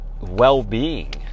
well-being